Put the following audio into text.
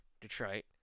Detroit